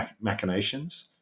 machinations